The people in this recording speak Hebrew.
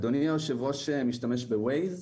אדוני היושב ראש משתמש ב-ווייז?